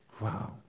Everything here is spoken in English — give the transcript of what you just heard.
Wow